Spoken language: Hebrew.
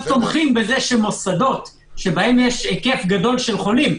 תומכים בכך שמוסדות שבהם יש היקף גדול של חולים,